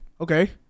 okay